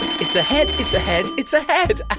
it's a head. it's a head. it's a head. ah